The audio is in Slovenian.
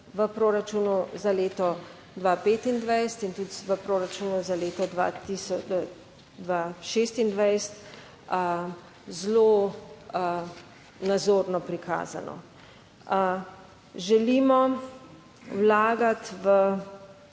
v proračunu za leto 2025 in tudi v proračunu za leto 2026 zelo nazorno prikazano. Želimo vlagati v